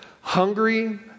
hungry